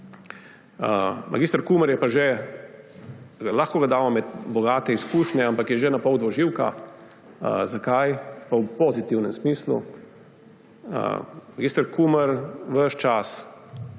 Mag. Kumer je pa že, lahko ga damo med bogate izkušnje, ampak je že napol dvoživka. Zakaj? Pa v pozitivnem smislu. Mag. Kumer ves čas